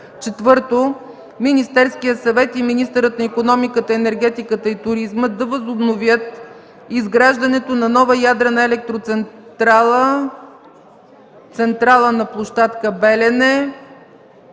4. Министерският съвет и министърът на икономиката, енергетиката и туризма да възобновят изграждането на нова ядрена електроцентрала на площадка „Белене”